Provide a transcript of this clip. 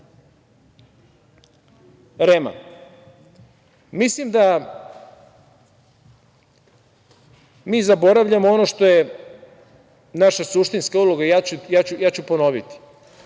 REM-a, mislim da mi zaboravljamo ono što je naša suštinska uloga, ponoviću,